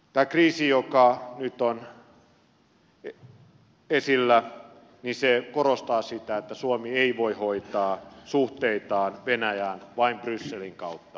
tämä kriisi joka nyt on esillä korostaa sitä että suomi ei voi hoitaa suhteitaan venäjään vain brysselin kautta